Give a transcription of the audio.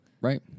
right